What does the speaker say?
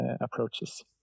approaches